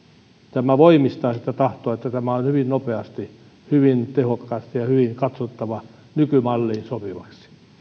tämä voimistaa sitä tahtoa että tämä on hyvin nopeasti ja hyvin tehokkaasti katsottava nykymalliin sopivaksi